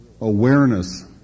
awareness